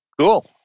Cool